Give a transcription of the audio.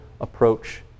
approach